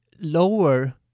lower